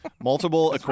Multiple